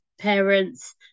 parents